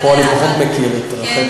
פה אני מאוד מכיר את רחלי,